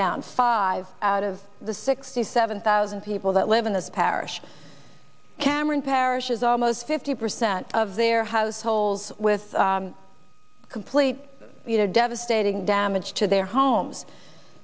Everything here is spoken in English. down five out of the sixty seven thousand people that live in this parish cameron parish is almost fifty percent of their households with complete devastating damage to their homes